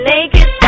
Naked